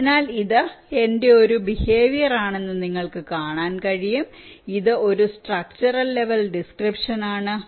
അതിനാൽ ഇത് എന്റെ ഒരു ബിഹേവിയർ ആണെന്ന് നിങ്ങൾക്ക് കാണാൻ കഴിയും ഇത് ഒരു സ്ട്രക്ച്ചറൽ ലെവൽ ഡിസ്ക്രിപ്ഷൻ ആണ്